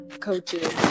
coaches